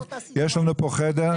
יש לנו פה חדר,